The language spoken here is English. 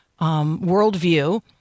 worldview